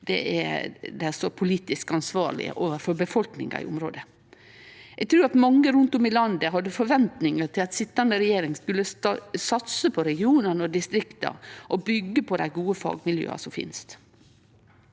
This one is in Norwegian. at dei står politisk ansvarlege overfor befolkninga i området. Eg trur at mange rundt om i landet hadde forventningar til at sitjande regjering skulle satse på regionane og distrikta og byggje på dei gode fagmiljøa som finst.